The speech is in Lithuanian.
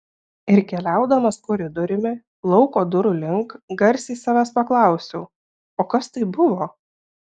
ir keliaudamas koridoriumi lauko durų link garsiai savęs paklausiau o kas tai buvo